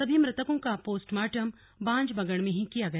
सभी मृतकों का पोस्टमार्टम बांजबगड़ में ही किया गया